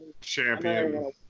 Champion